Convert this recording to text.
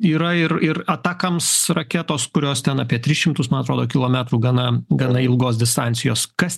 yra ir ir atakams raketos kurios ten apie tris šimtus man atrodo kilometrų gana gana ilgos distancijos kas